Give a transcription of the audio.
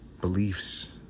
beliefs